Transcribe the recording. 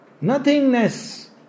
nothingness